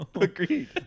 Agreed